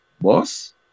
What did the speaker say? boss